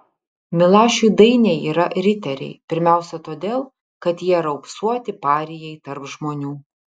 milašiui dainiai yra riteriai pirmiausia todėl kad jie raupsuoti parijai tarp žmonių